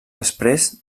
després